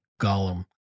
Gollum